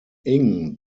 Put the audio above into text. eng